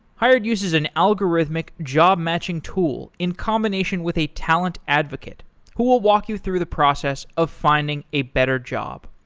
hired uses an algorithmic job-matching tool in combination with a talent advocate who will walk you through the process of finding a better job.